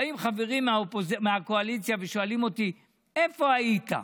באים חברים מהקואליציה ושואלים אותי: איפה היית?